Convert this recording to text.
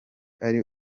ari